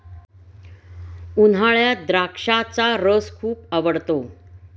उन्हाळ्यात द्राक्षाचा रस खूप आवडतो